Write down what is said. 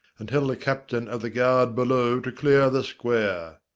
and tell the captain of the guard below to clear the square.